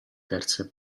terze